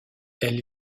elle